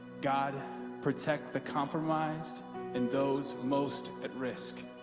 god protect the compromised and those most at risk